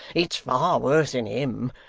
it's far worse in him,